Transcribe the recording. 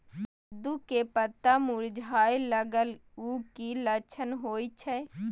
कद्दू के पत्ता मुरझाय लागल उ कि लक्षण होय छै?